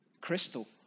crystal